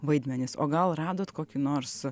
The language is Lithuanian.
vaidmenis o gal radot kokį nors